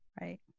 Right